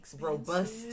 robust